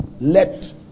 let